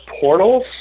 portals